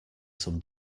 some